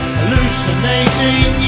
hallucinating